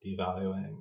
devaluing